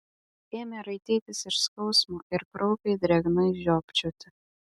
ėmė raitytis iš skausmo ir kraupiai drėgnai žiopčioti